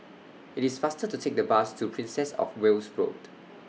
IT IS faster to Take The Bus to Princess of Wales Road